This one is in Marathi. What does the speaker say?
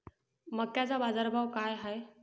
मक्याचा बाजारभाव काय हाय?